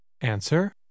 Answer